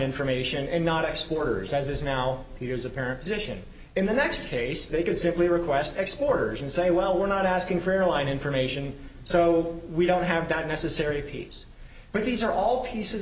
information and not exporters as it is now here's a parent position in the next case they can simply request exporters and say well we're not asking for airline information so we don't have that necessary piece but these are all pieces